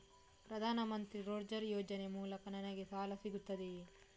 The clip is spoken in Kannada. ಪ್ರದಾನ್ ಮಂತ್ರಿ ರೋಜ್ಗರ್ ಯೋಜನೆ ಮೂಲಕ ನನ್ಗೆ ಸಾಲ ಸಿಗುತ್ತದೆಯೇ?